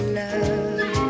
love